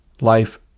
life